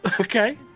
okay